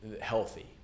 healthy